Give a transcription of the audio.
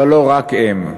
אבל לא רק הן.